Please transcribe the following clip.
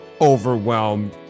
overwhelmed